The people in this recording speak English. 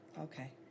okay